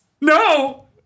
No